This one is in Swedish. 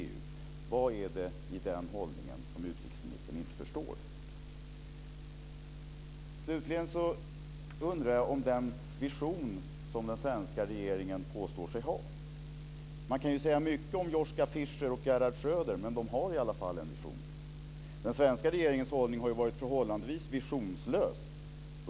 Vad är det i den hållningen som utrikesministern inte förstår? Slutligen undrar jag om den vision som den svenska regeringen påstår sig ha. Man kan säga mycket om Joschka Fischer och Gerhard Schröder, men de har i alla fall en vision. Men den svenska regeringens hållning har varit förhållandevis visionslös.